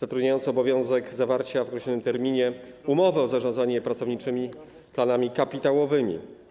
zatrudniające obowiązek zawarcia w określonym terminie umowy o zarządzanie pracowniczymi planami kapitałowymi.